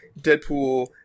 Deadpool